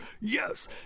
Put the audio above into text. yes